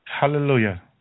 Hallelujah